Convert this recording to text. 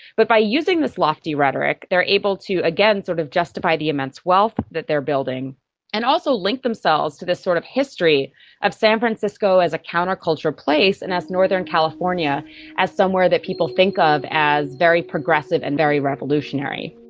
but by using this lofty rhetoric they are able to, again, sort of justify the immense wealth that they are building and also link themselves to this sort of history of san francisco as a counterculture place, and northern california as somewhere that people think of as very progressive and very revolutionary.